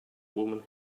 woman